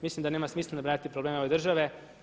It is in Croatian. Mislim da nema smisla nabrajati probleme ove države.